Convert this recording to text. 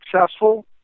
successful